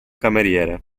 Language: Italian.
cameriere